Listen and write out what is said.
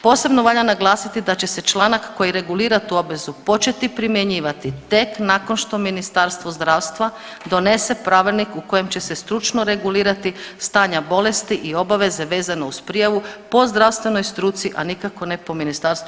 Posebno valja naglasiti da će se članak koji regulira tu obvezu početi primjenjivati tek nakon što Ministarstvo zdravstva donese pravilnik u kojem će se stručno regulirati stanja bolesti i obaveze vezano uz prijavu po zdravstvenoj struci, a nikako ne po MUP-u.